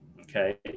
okay